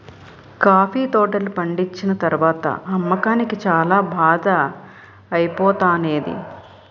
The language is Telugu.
కాఫీ తోటలు పండిచ్చిన తరవాత అమ్మకానికి చాల బాధ ఐపోతానేది